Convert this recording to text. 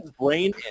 brain